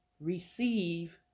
receive